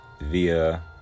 via